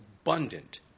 abundant